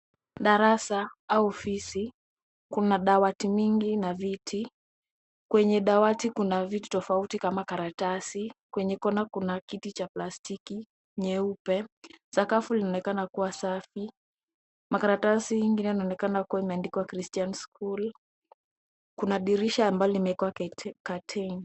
Darasa au ofisi, kuna dawati mingi na viti. Kwenye dawati kuna vitu tofauti kama karatasi, kwenye kona kuna kiti cha plastiki nyeupe. Sakafu linaonekana kuwa safi, makaratasi ingine inaonekana kuwa imeandikwa christian school . Kuna dirisha ambalo limewekwa curtain .